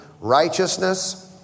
righteousness